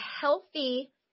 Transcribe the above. healthy